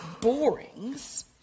borings